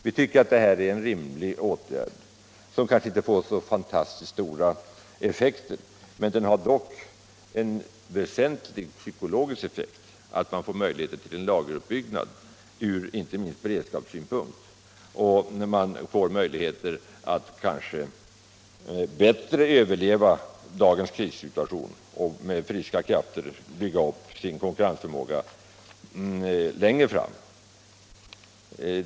Vi tycker att det är en rimlig åtgärd, som kanske inte får så fantastiskt stora effekter men dock en väsentlig psykologisk effekt: Man får möjlighet till lageruppbyggnad inte minst för beredskapsändamål. Och man får möjlighet att bättre överleva dagens krissituation och med friska krafter bygga upp sin konkurrensförmåga längre fram.